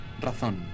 razón